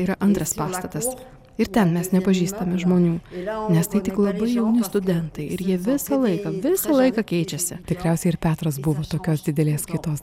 yra antras pastatas ir ten mes nepažįstame žmonių nes tai tik labai jauni studentai ir jie visą laiką visą laiką keičiasi tikriausiai ir petras buvo tokios didelės kaitos